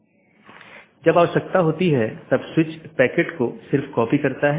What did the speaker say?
1 open message दो सहकर्मी nodes के बीच एक BGP सत्र स्थापित करता है